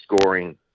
scoring